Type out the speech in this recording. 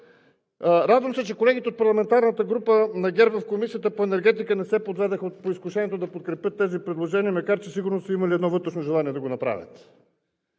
Радвам се, че колегите от парламентарната група на ГЕРБ в Комисията по енергетика не се подведоха по изкушението да подкрепят тези предложения, макар че сигурно са имали едно вътрешно желание да го направят.